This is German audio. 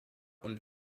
und